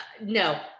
No